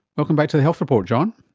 welcome back to the health report, john.